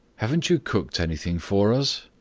haven't you cooked anything for us?